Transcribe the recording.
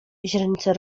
źrenice